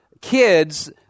kids